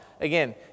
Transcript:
Again